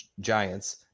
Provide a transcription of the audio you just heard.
Giants